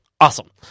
Awesome